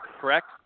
correct